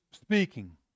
speaking